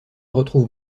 retrouve